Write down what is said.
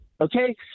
okay